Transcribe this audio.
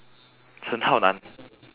chen hao nan